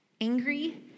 angry